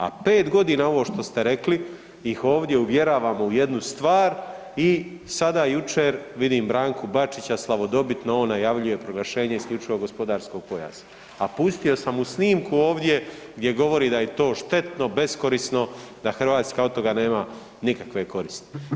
A pet godina ovo što ste rekli ih ovdje uvjeravamo u jednu stvar i sada jučer vidim Branku Bačića slavodobitno on najavljuje proglašenje isključivog gospodarskog pojasa, a pustio sam mu snimku ovdje gdje govori da je to štetno, beskorisno, da Hrvatska od toga nema nikakve koristi.